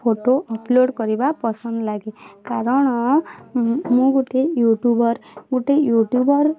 photo upload କରିବା ପସନ୍ଦ ଲାଗେ କାରଣ ମୁଁ ଗୋଟିଏ ୟୁଟ୍ୟୁବର ଗୋଟେ ୟୁଟ୍ୟୁବର